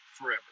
forever